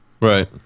right